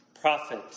prophet